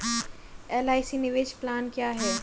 LIC निवेश plan क्या है?